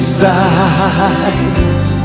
sight